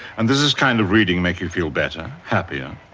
and does this kind of reading make you feel better? happier?